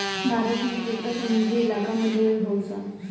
भारत में केकड़ा समुंद्री इलाका में ढेर होलसन